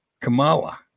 Kamala